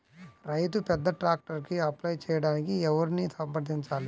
రైతు పెద్ద ట్రాక్టర్కు అప్లై చేయడానికి ఎవరిని సంప్రదించాలి?